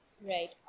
Right